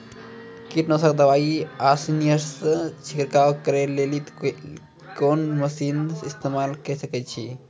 कीटनासक दवाई आसानीसॅ छिड़काव करै लेली लेल कून मसीनऽक इस्तेमाल के सकै छी?